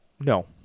No